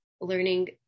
learning